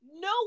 No